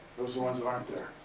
those are the ones that aren't there.